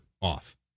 off